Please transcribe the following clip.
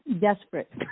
desperate